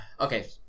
Okay